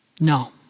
No